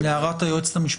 להערת היועצת המשפטית.